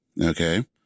Okay